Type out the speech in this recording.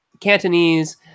Cantonese